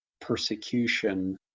persecution